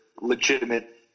legitimate